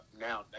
now